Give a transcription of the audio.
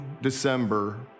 December